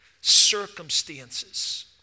circumstances